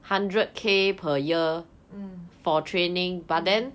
mm